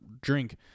drink